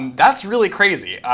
that's really crazy.